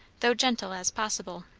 though gentle as possible.